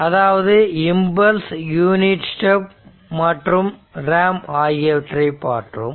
அதாவது impulse unit step மற்றும் ramp ஆகியவை பற்றி பார்த்தோம்